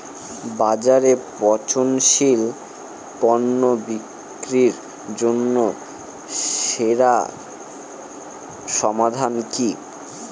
বাজারে পচনশীল পণ্য বিক্রির জন্য সেরা সমাধান কি?